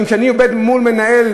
אני עומד מול מנהל,